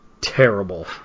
terrible